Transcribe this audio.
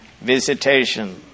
visitation